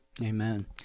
Amen